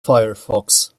firefox